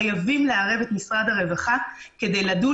חייבים לערב את משרד הרווחה כדי לדון